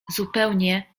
zupełnie